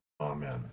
Amen